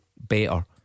Better